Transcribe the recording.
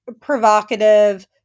provocative